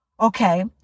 okay